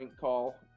call